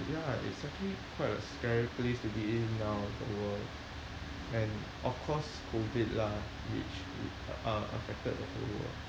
ya it's definitely quite a scary place to be in now the world and of course COVID lah which which uh affected the whole world